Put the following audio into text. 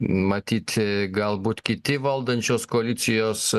matyt ė galbūt kiti valdančios koalicijos